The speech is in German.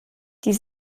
die